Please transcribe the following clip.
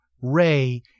Ray